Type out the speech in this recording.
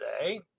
today